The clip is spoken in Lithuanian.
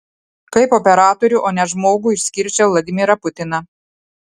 kaip operatorių o ne žmogų išskirčiau vladimirą putiną